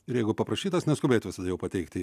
ir jeigu paprašytas neskubėt visada jo pateikti